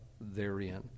therein